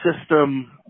system